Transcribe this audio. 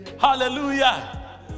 Hallelujah